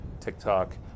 TikTok